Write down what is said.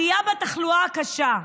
עלייה בתחלואה הקשה,